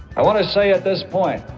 i want to say at this point,